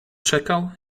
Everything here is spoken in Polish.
czekał